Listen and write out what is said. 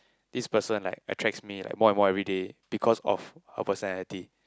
this person like attracts me like more and more everyday because of her personality